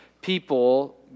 people